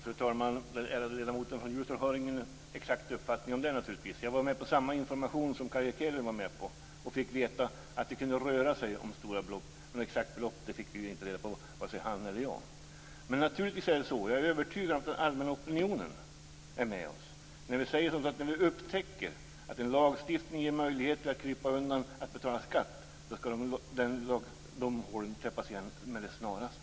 Fru talman! Den ärade ledamoten från Ljusdal har naturligtvis ingen exakt uppfattning om det. Jag var med på samma information som Carl Erik Hedlund och fick veta att det kunde röra sig om stora belopp. Men några exakta belopp fick ju varken han eller jag reda på. Men naturligtvis är det så, och jag är övertygad att den allmänna opinionen är med oss, att när vi upptäcker att en lagstiftning ger möjligheter att krypa undan att betala skatt skall hålen täppas till med det snaraste.